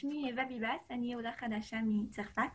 אני עולה חדשה מצרפת.